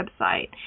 website